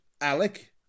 Alec